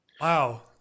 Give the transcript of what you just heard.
Wow